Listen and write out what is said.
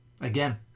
Again